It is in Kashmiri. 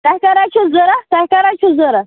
تۄہہِ کَر حظ چھُو ضروٗرت تۄہہِ کَر حظ چھُو ضروٗرت